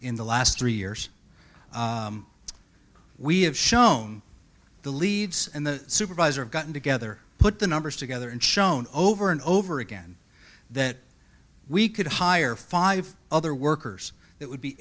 in the last three years we have shown the leads and the supervisor gotten together put the numbers together and shown over and over again that we could hire five other workers that would be